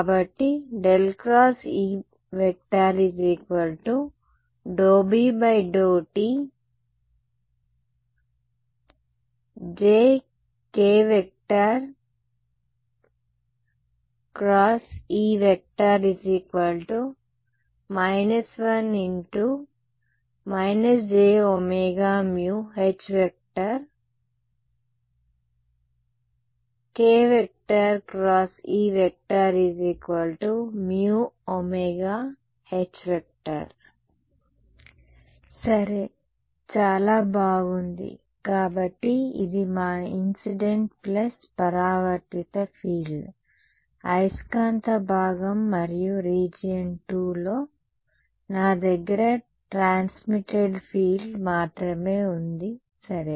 కాబట్టి ∇×E∂B∂t→jk×E 1 x jωμHk×E ωμH సరే చాలా బాగుంది కాబట్టి ఇది మా ఇన్సిడెంట్ ప్లస్ పరావర్తిత ఫీల్డ్ అయస్కాంత భాగం మరియు రీజియన్ 2లో నా దగ్గర ట్రాన్స్మిటెడ్ ఫీల్డ్ మాత్రమే ఉంది సరే